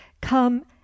come